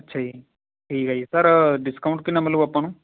ਅੱਛਾ ਜੀ ਠੀਕ ਹੈ ਜੀ ਸਰ ਡਿਸਕਾਊਟ ਕਿੰਨਾ ਮਤਲਬ ਆਪਾਂ ਨੂੰ